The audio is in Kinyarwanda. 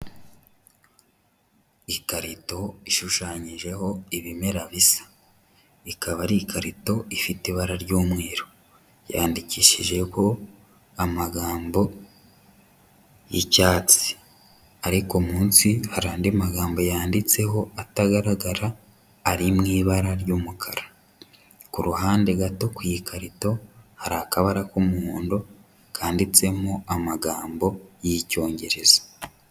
Ikarito ishushanyijeho ibimera bisa, ikaba ari ikarito ifite ibara ry'umweru, yandikishijeho amagambo y'icyatsi ariko munsi hari andi magambo yanditseho atagaragara ari mu ibara ry'umukara, ku ruhande gato ku ikarito hari akabara k'umuhondo kanditsemo amagambo y'Icyongereza.